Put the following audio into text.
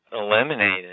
eliminated